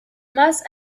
más